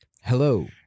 Hello